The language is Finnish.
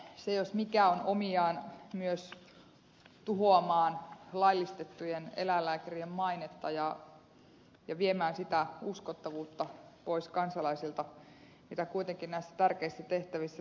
se jos mikä on omiaan tuhoamaan myös laillistettujen eläinlääkärien mainetta ja viemään sitä uskottavuutta pois kansalaisilta mitä kuitenkin näissä tärkeissä tehtävissä tarvitaan